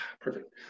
perfect